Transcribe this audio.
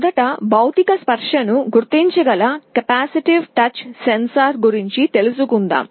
మొదట భౌతిక స్పర్శను గుర్తించగల కెపాసిటివ్ టచ్ సెన్సార్ గురించి మాట్లాడుదాం